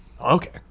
Okay